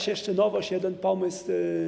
się jeszcze nowość, jeden pomysł.